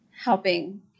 Helping